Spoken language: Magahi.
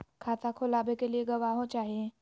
खाता खोलाबे के लिए गवाहों चाही?